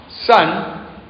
Son